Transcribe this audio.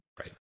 Right